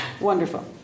Wonderful